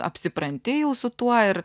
apsipranti jau su tuo ir